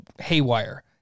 haywire